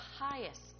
highest